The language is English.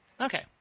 Okay